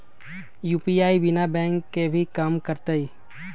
UPI बिना bank के भी कम करतै?